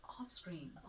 Off-screen